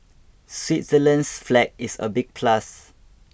switzerland's flag is a big plus